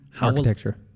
Architecture